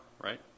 right